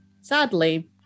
sadly